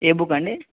ఏ book అండి